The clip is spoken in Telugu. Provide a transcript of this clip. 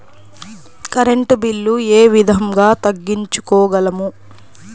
కరెంట్ బిల్లు ఏ విధంగా తగ్గించుకోగలము?